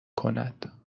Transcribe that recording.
کند